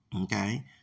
Okay